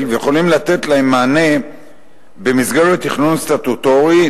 ויכולים לתת עליהם מענה במסגרת תכנון סטטוטורי,